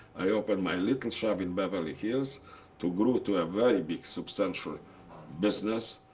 i open my little shop in beverly hills to grew to a very big substantial business.